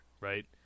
right